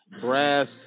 brass